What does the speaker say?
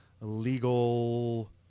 legal